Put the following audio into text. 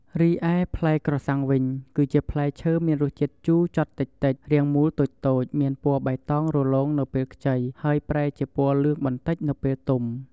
រីឯផ្លែក្រសាំងវិញ គឺជាផ្លែឈើមានរសជាតិជូរចត់តិចៗ រាងមូលតូចៗ មានពណ៌បៃតងរលោងនៅពេលខ្ចី ហើយប្រែជាពណ៌លឿងបន្តិចនៅពេលទុំ។